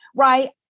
right.